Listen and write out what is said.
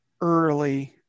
early